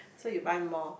so you buy more